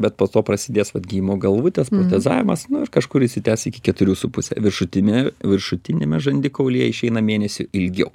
bet po to prasidės vat gijimo galvutės protezavimas nu kažkur išsitęs iki keturių su puse viršutinė viršutiniame žandikaulyje išeina mėnesiu ilgiau